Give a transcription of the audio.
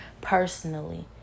personally